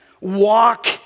Walk